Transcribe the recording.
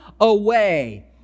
away